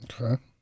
okay